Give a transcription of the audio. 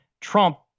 Trump